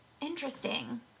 interesting